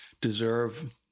deserve